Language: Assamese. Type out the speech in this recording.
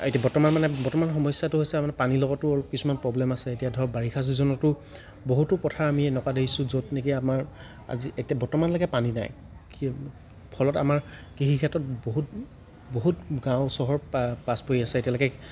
এতি বৰ্তমান মানে বৰ্তমান সমস্যাটো হৈছে মানে পানীৰ লগটো কিছুমান প্ৰব্লেম আছে এতিয়া ধৰক বাৰিষা ছিজনটো বহুতো পথাৰ আমি এনেকুৱা দেখিছোঁ য'ত নেকি আমাৰ আজি এতিয়া বৰ্তমানলৈকে পানী নাই কি ফলত আমাৰ কৃষি ক্ষেত্ৰত বহুত বহুত গাঁও চহৰ পা পাছ পৰি আছে এতিয়ালৈকে